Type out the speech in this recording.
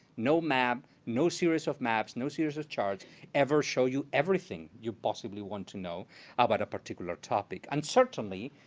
no map, no series of maps, no series of charts ever show you everything you possibly want to know about a particular topic. and certainly,